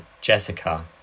Jessica